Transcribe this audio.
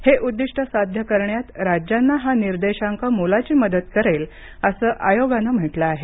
हे उद्दिष्ट साध्य करण्यात राज्यांना हा निर्देशांक मोलाची मदत करेल असं आयोगानं म्हटलं आहे